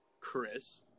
Chris